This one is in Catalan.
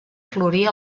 florir